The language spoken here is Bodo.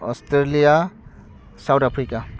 Australia south Africa